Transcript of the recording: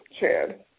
Chad